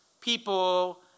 people